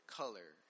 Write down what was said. color